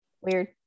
weird